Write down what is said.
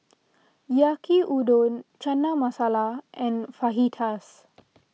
Yaki Udon Chana Masala and Fajitas